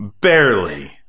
barely